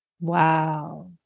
Wow